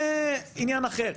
זה עניין אחר.